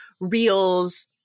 reels